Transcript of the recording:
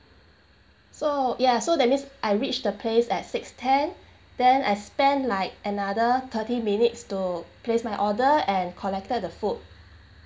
so ya so that means I reached the place at six ten then I spent like another thirty minutes to place my order and collected the food